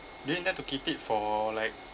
do you intend to keep it for like